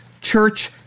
church